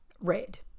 red